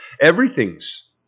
everything's